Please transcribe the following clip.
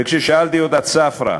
וכששאלתי אותה: צפרא,